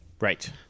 Right